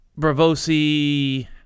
Bravosi